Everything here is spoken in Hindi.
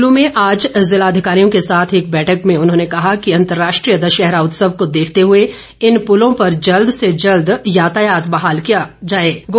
कुल्लू में आज जिला अधिकारियों के साथ एक बैठक में उन्होंने कहा कि अंतर्राष्ट्रीय दशहरा उत्सव को देखते हुए इन पुलों पर जल्द से जल्द यातायात बहाल होना चाहिए